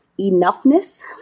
enoughness